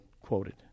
quoted